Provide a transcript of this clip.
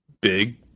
big